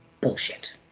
bullshit